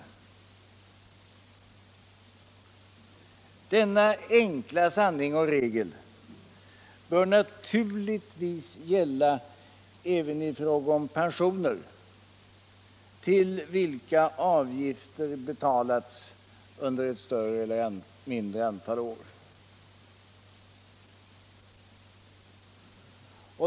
Denna enkla sanning och regel bör naturligtvis gälla även i fråga om pensioner för vilka avgifter betalats under ett större eller mindre antal år.